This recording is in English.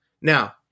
Now